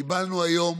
קיבלנו היום